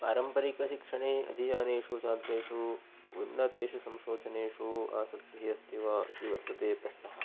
पारम्परिकशिक्षणे अधीयानेषु छात्रेषु उन्नतेषु संशोधनेषु आसक्तिः अस्ति वा इति वर्तते प्रश्नः